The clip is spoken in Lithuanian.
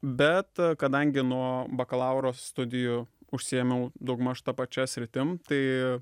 bet kadangi nuo bakalauro studijų užsiėmiau daugmaž ta pačia sritim tai